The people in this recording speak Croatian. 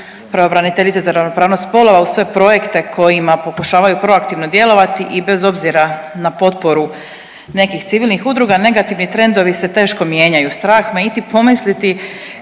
pravobraniteljice za ravnopravnost spolova, uz sve projekte kojima pokušavaju proaktivno djelovati i bez obzira na potporu nekih civilnih udruga negativni trendovi se teško mijenjaju. Strah me iti pomisliti